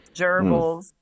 gerbils